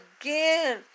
again